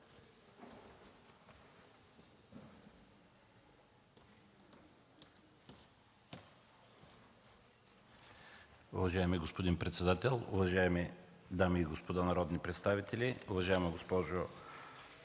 Уважаеми господин председател, уважаеми дами и господа народни представители! Уважаема госпожо